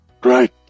great